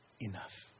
enough